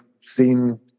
seen